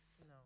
No